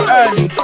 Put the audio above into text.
early